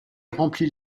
remplit